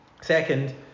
Second